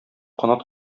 канат